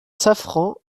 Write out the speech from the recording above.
safran